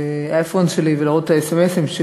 האייפון שלי ולהראות את האס.אם.אסים של